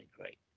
great